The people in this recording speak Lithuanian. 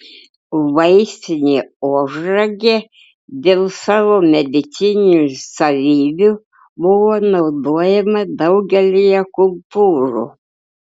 vaistinė ožragė dėl savo medicininių savybių buvo naudojama daugelyje kultūrų